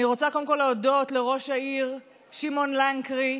אני רוצה קודם כול להודות לראש העיר שמעון לנקרי,